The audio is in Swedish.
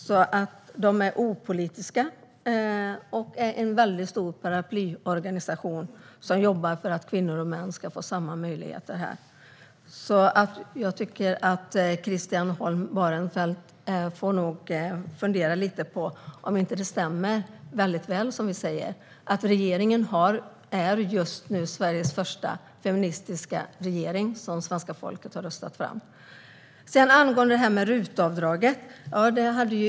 Sveriges kvinnolobby är en väldigt stor opolitisk paraplyorganisation som jobbar för att kvinnor och män ska få samma möjligheter. Jag tycker därför att Christian Holm Barenfeld får fundera lite på om det inte stämmer väldigt väl som vi säger, alltså att den nuvarande regeringen är den första feministiska regering som svenska folket har röstat fram.